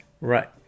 Right